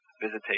visitation